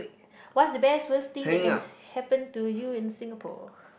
what's the best worst thing that can happen to you in Singapore